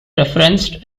referenced